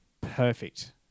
perfect